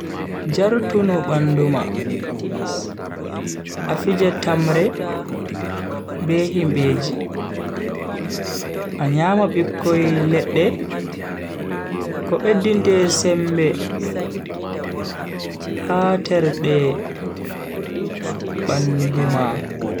Jartunu bandu ma, a fija tamre be himbeji, a nyama bikkoi ledde ko beddinte sembe ha terde bandu ma.